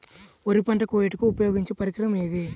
వరి పంట కోయుటకు ఉపయోగించే పరికరం ఏది?